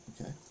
okay